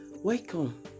Welcome